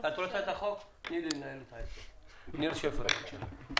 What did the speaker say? ניר שפר, בבקשה.